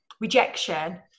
rejection